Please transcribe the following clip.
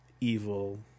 evil